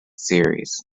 series